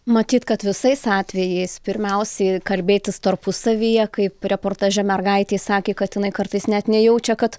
matyt kad visais atvejais pirmiausiai kalbėtis tarpusavyje kaip reportaže mergaitė sakė kad jinai kartais net nejaučia kad